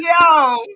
yo